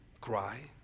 cry